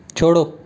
छोड़ो